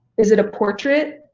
is it a portrait?